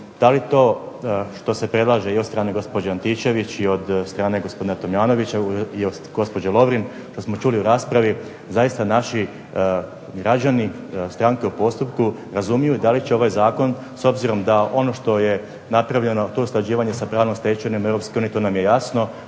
da li to što se predlaže i od strane gospođe Antičević i od strane gospodina Tomljanovića i od gospođe Lovrin što smo čuli u raspravi zaista naši građani, stranke u postupku razumiju da li će ovaj Zakon s obzirom da ono što je napravljeno to usklađivanje sa pravnom stečevinom Europske unije to nam je jasno,